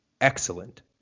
excellent